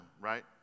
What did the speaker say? right